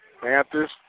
Panthers